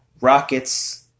Rockets